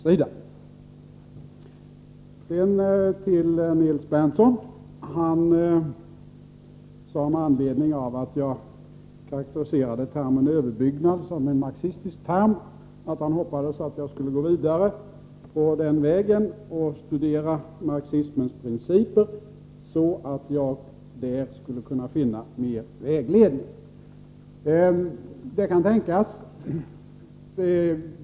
Sedan till Nils Berndtson: Han sade med anledning av att jag karakteriserade termen överbyggnad som en marxistisk term, att han hoppades att jag skulle gå vidare på den vägen och studera marxismens principer, så att jag där skulle kunna finna mer vägledning. Det kan tänkas.